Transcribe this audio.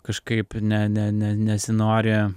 kažkaip ne ne ne nesinori